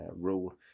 rule